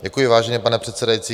Děkuji, vážený pane předsedající.